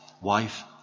wife